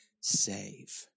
save